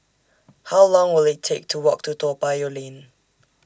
How Long Will IT Take to Walk to Toa Payoh Lane